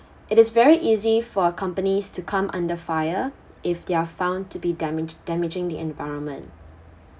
it is very easy for companies to come under fire if they're found to be damagi~ damaging the environment